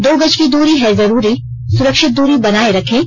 दो गज की दूरी है जरूरी सुरक्षित दूरी बनाए रखें